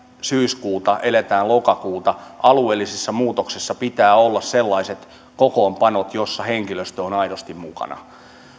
syyskuuta eletään lokakuuta alueellisessa muutoksessa pitää olla sellaiset kokoonpanot joissa henkilöstö on aidosti mukana